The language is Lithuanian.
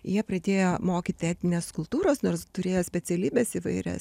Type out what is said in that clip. jie pradėjo mokyt etninės kultūros nors turėjo specialybes įvairias